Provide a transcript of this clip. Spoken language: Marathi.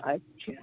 अच्छा